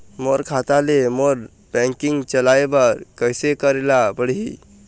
मोर खाता ले मोर बैंकिंग चलाए बर कइसे करेला पढ़ही?